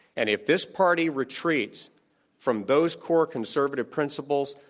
and if this party retreats from those core conservative principles,